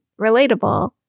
relatable